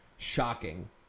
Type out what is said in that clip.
shocking